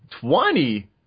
Twenty